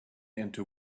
into